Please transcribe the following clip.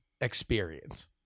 experience